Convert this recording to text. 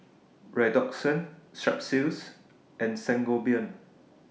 Redoxon Strepsils and Sangobion